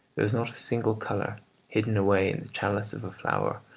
there is not a single colour hidden away in the chalice of a flower,